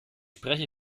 spreche